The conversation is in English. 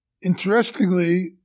Interestingly